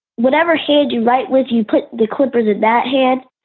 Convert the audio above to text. whatever shade you write, would you put the clippers in that hand